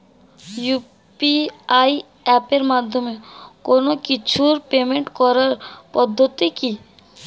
UPI এপের মাধ্যমে কোন কিছুর পেমেন্ট করার পদ্ধতি কি?